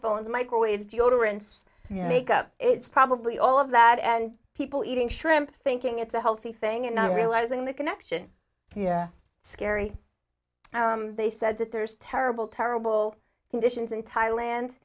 phones microwaves deodorants make up it's probably all of that and people eating shrimp thinking it's a healthy thing and not realizing the connection scary they said that there's terrible terrible conditions in thailand